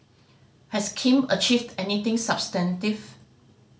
has Kim achieved anything substantive